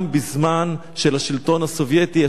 גם בזמן של השלטון הסובייטי,